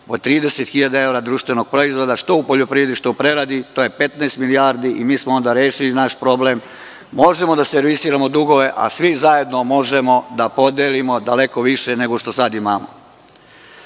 30 hiljada evra društvenog proizvoda, što u poljoprivredi, što u preradi, to je 15 milijardi i mi smo onda rešili naš problem. Možemo da servisiramo dugove, a svi zajedno možemo da podelimo daleko više, nego što sada